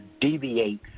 deviate